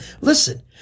listen